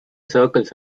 circles